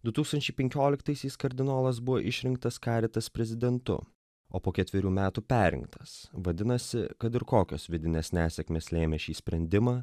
du tūkstančiai penkioliktaisiais kardinolas buvo išrinktas caritas prezidentu o po ketverių metų perrinktas vadinasi kad ir kokios vidinės nesėkmės lėmė šį sprendimą